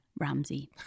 Ramsey